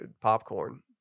popcorn